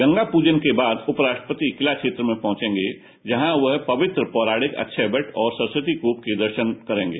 गंगा प्रजन के बाद उप राष्ट्रपति किला क्षेत्र में पहुंचेंगे जहां वह पवित्र पौताणिक अक्षयवट और सरस्वती कूप के दर्शन करेंगे